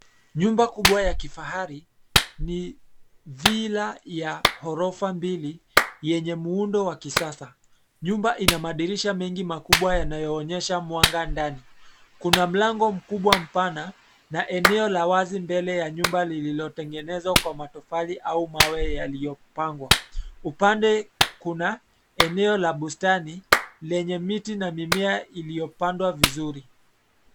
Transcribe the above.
Nyumba kubwa ya kifahari ni villa ya ghorofa mbili yenye muundo wa kisasa. Nyumba ina madirisha mengi makubwa yanayoonyesha mwanga ndani. Kuna mlango mkubwa mpana na eneo la wazi mbele ya nyumba lililotengenezwa kwa matofali au mawe yaliyopagwa. Upande kuna eneo la bustani lenye miti na mimea iliyopandwa vizuri.